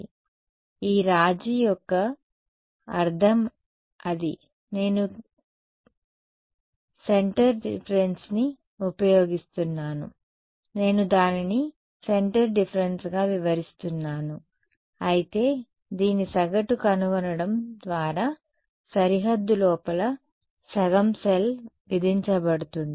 కాబట్టి ఈ రాజీ యొక్క అర్థం అది నేను కేంద్ర వ్యత్యాసాన్ని ఉపయోగిస్తున్నాను నేను దానిని కేంద్ర వ్యత్యాసంగా వివరిస్తున్నాను అయితే దీని సగటు కనుగొనడం ద్వారా సరిహద్దు లోపల సగం సెల్ విధించబడుతుంది